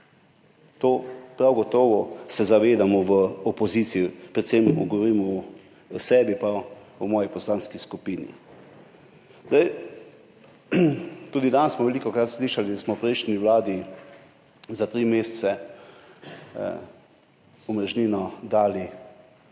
se prav gotovo zavedamo v opoziciji, predvsem govorim o sebi in o moji poslanski skupini. Tudi danes smo velikokrat slišali, da smo v prejšnji vladi za tri mesece dali omrežnino od